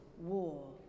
war